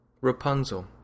Rapunzel